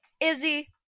Izzy